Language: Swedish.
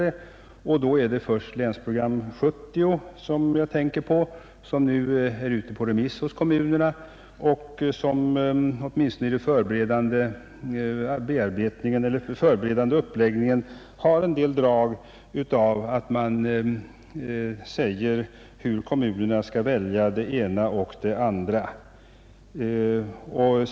Jag tänker då främst på Länsprogram 70 som nu är ute på remiss hos kommunerna och som åtminstone i den förberedande uppläggningen innehåller vissa antydningar om att kommunerna inte själva får välja det ena eller det andra.